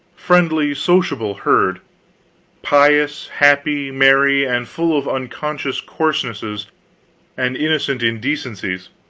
friendly, sociable herd pious, happy, merry and full of unconscious coarsenesses and innocent indecencies.